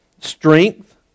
strength